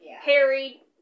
Harry